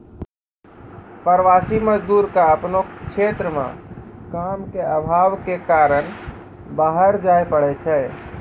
प्रवासी मजदूर क आपनो क्षेत्र म काम के आभाव कॅ कारन बाहर जाय पड़ै छै